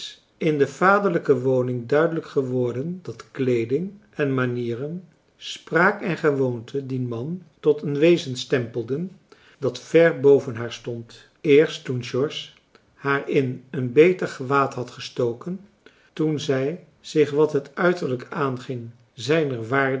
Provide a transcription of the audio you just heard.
in de vaderlijke woning duidelijk geworden dat kleeding en manieren spraak en gewoonten dien man tot een wezen stempelden dat ver boven haar stond eerst toen george haar in een beter gewaad had gestoken toen zij zich wat het uiterlijk aanging zijner waardig